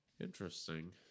Interesting